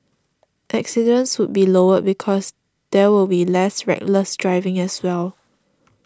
accidents would be lower because there will be less reckless driving as well